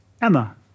Emma